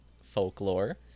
Folklore